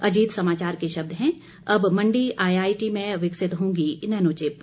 अजीत समाचार के शब्द हैं अब मंडी आईआईटी में विकसित होगी नैनोचिप